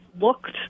looked